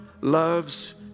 loves